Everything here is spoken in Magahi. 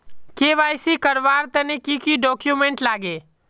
के.वाई.सी करवार तने की की डॉक्यूमेंट लागे?